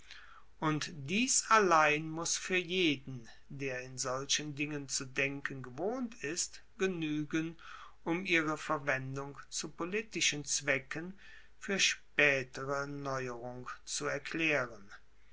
und dies allein muss fuer jeden der in solchen dingen zu denken gewohnt ist genuegen um ihre verwendung zu politischen zwecken fuer spaetere neuerung zu erklaeren